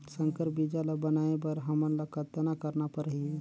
संकर बीजा ल बनाय बर हमन ल कतना करना परही?